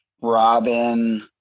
Robin